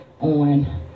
on